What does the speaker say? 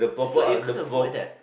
is like you can't avoid that